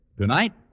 Tonight